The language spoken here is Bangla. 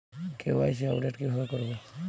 কে.ওয়াই.সি আপডেট কিভাবে করবো?